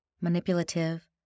Manipulative